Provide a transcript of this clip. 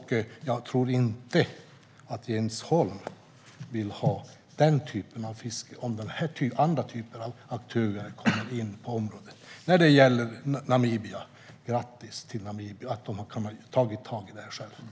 Jag tror inte Jens Holm vill ha den typen av fiske om andra typer av aktörer kommer in på området. När det gäller Namibia vill jag rikta ett grattis till Namibia för att de har tagit tag i detta själva.